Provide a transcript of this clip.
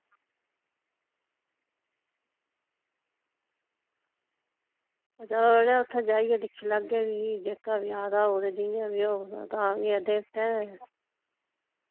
चलो यरो उत्थें जाइयै दिक्खी लैगे भी जेह्का बी आक्खदा होग जियां बी होग ते तां केह् ऐ देवतें दे